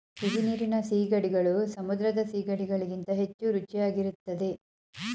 ಸಿಹಿನೀರಿನ ಸೀಗಡಿಗಳು ಸಮುದ್ರದ ಸಿಗಡಿ ಗಳಿಗಿಂತ ಹೆಚ್ಚು ರುಚಿಯಾಗಿರುತ್ತದೆ